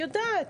היא יודעת.